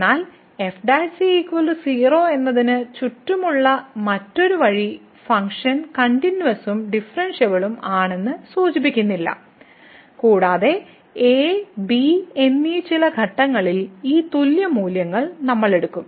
എന്നാൽ f 0 എന്നതിന് ചുറ്റുമുള്ള മറ്റൊരു വഴി ഫംഗ്ഷൻ കണ്ടിന്യൂവസും ഡിഫറെന്ഷ്യബിളും ആണെന്ന് സൂചിപ്പിക്കുന്നില്ല കൂടാതെ എ ബി എന്നീ ചില ഘട്ടങ്ങളിൽ ഈ തുല്യ മൂല്യങ്ങൾ നമ്മൾ എടുക്കും